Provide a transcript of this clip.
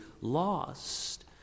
lost